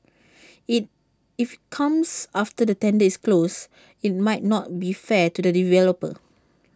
IT if comes after the tender is closed IT might not be fair to the developer